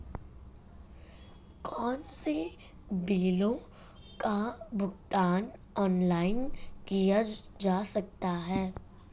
कौनसे बिलों का भुगतान ऑनलाइन किया जा सकता है?